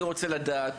אני רוצה לדעת.